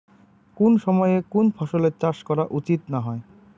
কুন সময়ে কুন ফসলের চাষ করা উচিৎ না হয়?